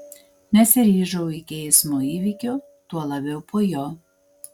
nesiryžau iki eismo įvykio tuo labiau po jo